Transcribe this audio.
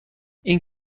این